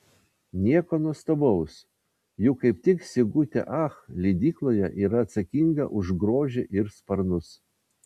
nieko nuostabaus juk kaip tik sigutė ach leidykloje yra atsakinga už grožį ir sparnus